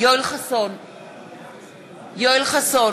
יואל חסון,